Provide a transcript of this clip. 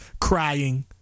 crying